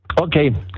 Okay